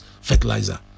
fertilizer